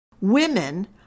women